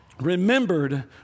remembered